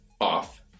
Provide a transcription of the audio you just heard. off